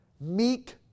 meek